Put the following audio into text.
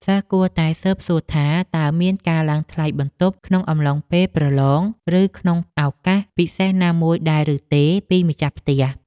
សិស្សគួរតែស៊ើបសួរថា តើមានការឡើងថ្លៃបន្ទប់ក្នុងអំឡុងពេលប្រឡង ឬក្នុងឱកាសពិសេសណាមួយដែរឬទេពីម្ចាស់ផ្ទះ។